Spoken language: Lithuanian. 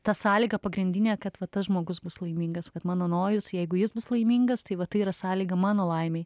ta sąlyga pagrindinė kad va tas žmogus bus laimingas kad mano nojus jeigu jis bus laimingas tai vat tai yra sąlyga mano laimei